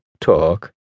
talk